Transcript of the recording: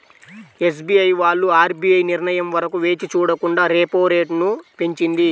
SBI వాళ్ళు RBI నిర్ణయం వరకు వేచి చూడకుండా రెపో రేటును పెంచింది